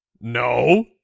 No